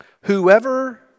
Whoever